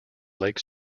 lake